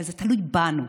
אבל זה תלוי בנו.